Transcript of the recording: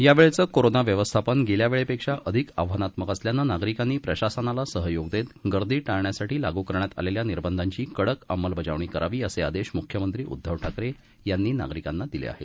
यावेळचं corona व्यवस्थापन गेल्या वेळेपेक्षा अधिक आव्हानात्मक असल्यानं नागरिकांनी प्रशासनाला सहयोग देत गर्दी टाळण्यासाठी लागू करण्यात आलेल्या निर्बंधांची कडक अंमलबजावणी करावी असे आदेश मुख्यमंत्री उद्धव ठाकरे यांनी नागरिकांना दिले आहेत